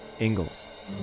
Ingalls